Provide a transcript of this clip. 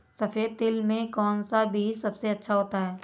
सफेद तिल में कौन सा बीज सबसे अच्छा होता है?